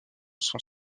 sont